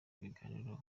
ibiganiro